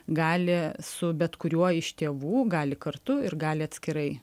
gali su bet kuriuo iš tėvų gali kartu ir gali atskirai